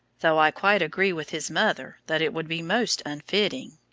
though i quite agree with his mother that it would be most unfitting.